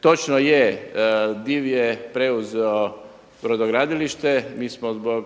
točno je DIV je preuzeo brodogradilište. Mi smo zbog